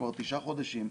כבר תשעה חודשים,